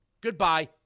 Goodbye